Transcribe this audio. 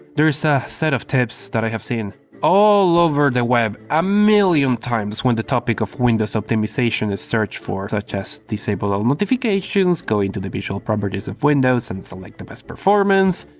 there is a set of tips that i have seen all over the web a million times when the topic of windows optimization is searched such as disable all notifications, go into the visual properties of windows and select the best performance.